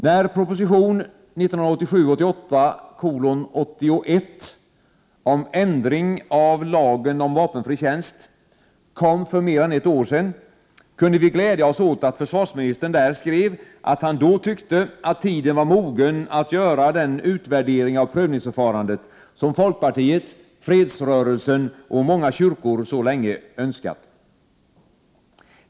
När proposition 1987/88:81 — om ändring av lagen om vapenfri tjänst — kom för mer än ett år sedan, kunde vi glädja oss åt att försvarsministern där skrev att han då tyckte att tiden var mogen att göra den utvärdering av prövningsförfarandet som folkpartiet, fredsrörelsen och många kyrkor så länge önskat.